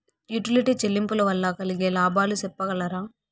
Utility చెల్లింపులు వల్ల కలిగే లాభాలు సెప్పగలరా?